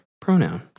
pronoun